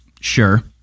sure